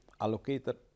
allocated